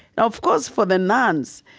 now, of course, for the nuns,